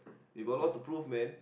you got a lot to prove man